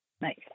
Nice